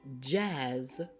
jazz